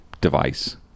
device